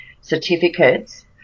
certificates